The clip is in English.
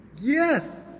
Yes